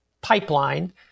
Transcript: pipeline